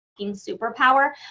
superpower